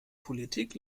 politik